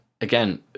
again